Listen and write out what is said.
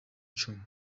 cumi